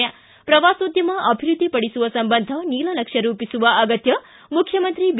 ಿ ಪ್ರವಾಸೋದ್ಧಮ ಅಭಿವೃದ್ಧಿಪಡಿಸುವ ಸಂಬಂಧ ನೀಲನಕ್ಷೆ ರೂಪಿಸುವ ಅಗತ್ಯ ಮುಖ್ಯಮಂತ್ರಿ ಬಿ